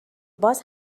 باز